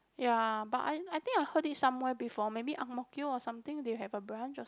ya but I I think I heard it somewhere before maybe Ang-Mo-Kio or something they have a branch or